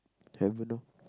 haven't lor